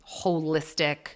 holistic